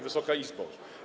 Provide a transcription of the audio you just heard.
Wysoka Izbo!